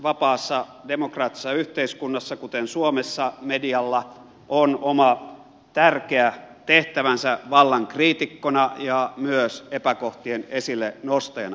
vapaassa demokraattisessa yhteiskunnassa kuten suomessa medialla on oma tärkeä tehtävänsä vallan kriitikkona ja myös epäkohtien esille nostajana